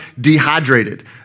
dehydrated